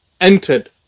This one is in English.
entered